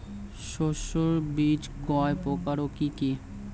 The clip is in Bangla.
শস্যের বীজ কয় প্রকার ও কি কি?